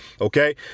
okay